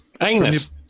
anus